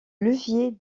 levier